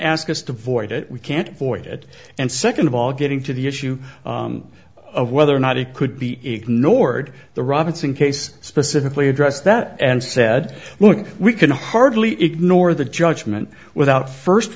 ask us to void it we can't avoid it and second of all getting to the issue of whether or not it could be ignored the robinson case specifically addressed that and said look we can hardly ignore the judgment without first